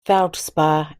feldspar